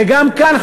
וגם כאן,